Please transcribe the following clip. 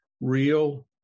real